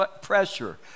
pressure